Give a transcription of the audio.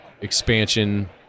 expansion